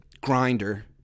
grinder